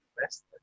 best